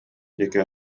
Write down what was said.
диэки